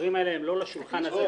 הדברים האלה הם לא לשולחן הזה,